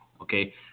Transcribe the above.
okay